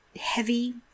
heavy